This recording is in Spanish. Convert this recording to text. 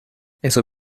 esto